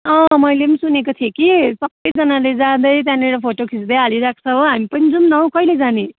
मैले सुनेको थिएँ कि सबजनाले जाँदै त्यहाँनेर फोटो खिच्दै हालिरहेको छ हो हामी पनि जाऊँ न हौ कहिले जाने